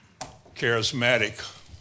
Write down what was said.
charismatic